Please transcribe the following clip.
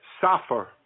suffer